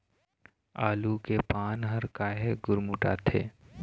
आलू के पान हर काहे गुरमुटाथे?